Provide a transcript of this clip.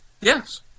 Yes